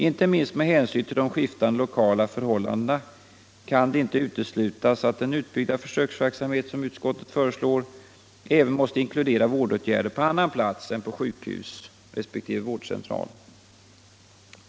Inte minst med hänsyn tull de skiftande lokala förhållandena kan — Nr 131 det inte uteslutas att den utbyggda försöksverksamhet, som utskottet Onsdagen den föreslår, även måste inkludera vårdåtgärder på annan plats än på sjukhus 19 maj 1976 d resp. vårdcentral.